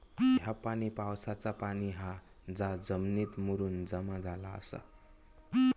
ह्या पाणी पावसाचा पाणी हा जा जमिनीत मुरून जमा झाला आसा